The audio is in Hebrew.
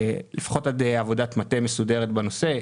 לפחות עד עבודת מטה מסודרת בנושא.